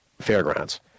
fairgrounds